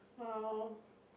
!wow!